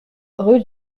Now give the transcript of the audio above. rue